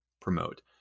promote